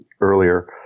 earlier